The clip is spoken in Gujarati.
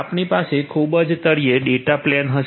આપણી પાસે ખૂબ જ તળિયે ડેટા પ્લેન હશે